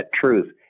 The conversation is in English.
truth